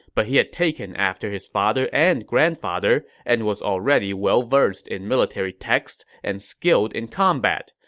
but he had taken after his father and grandfather and was already well-versed in military texts and skilled in combat.